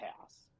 pass